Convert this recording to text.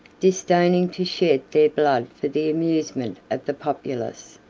disdaining to shed their blood for the amusement of the populace,